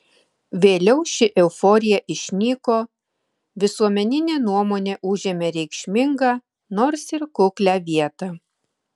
vėliau ši euforija išnyko visuomeninė nuomonė užėmė reikšmingą nors ir kuklią vietą